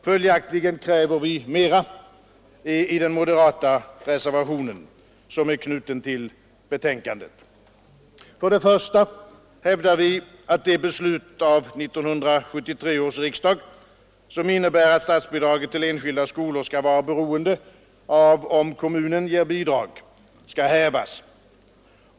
Följaktligen kräver vi mer i den moderata reservationen som är knuten till betänkandet. För det första hävdar vi att det beslut av 1973 års riksdag som innebär att statsbidraget till enskilda skolor skall vara beroende av om kommunen ger bidrag skall hävas.